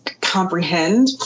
comprehend